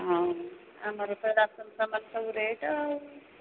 ହଉ ଆମର ତ ରାସନ୍ ସାମାନ ସବୁ ରେଟ୍ ଆଉ